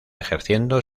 ejerciendo